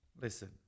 Listen